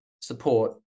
support